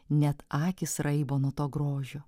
net akys raibo nuo to grožio